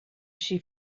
she